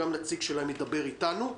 נציג שלהם גם ידבר איתנו.